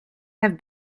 have